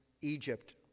Egypt